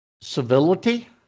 civility